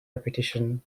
repetition